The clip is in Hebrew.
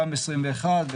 גם ל-2021,